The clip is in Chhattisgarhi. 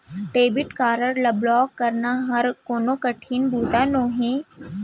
डेबिट कारड ल ब्लॉक कराना हर कोनो कठिन बूता नोहे